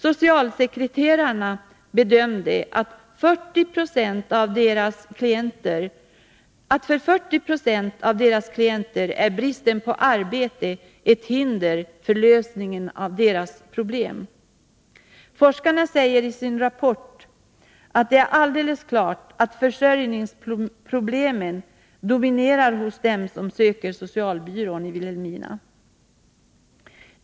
Socialsekreterarna bedömde att för 40 96 av klienterna var bristen på arbete ett hinder för lösningen av deras problem. Forskarna säger i sin rapport att det är alldeles klart att försörjningsproblemen dominerar hos dem som uppsöker socialbyrån i Vilhelmina.